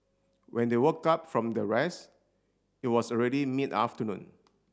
when they woke up from their rest it was already mid afternoon